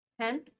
Ten